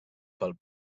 pel